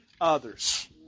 others